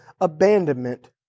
abandonment